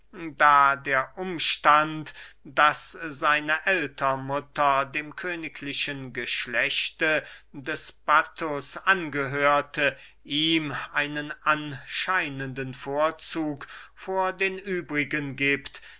da der umstand daß seine ältermutter dem königlichen geschlechte des battus angehörte ihm einen anscheinenden vorzug vor den übrigen giebt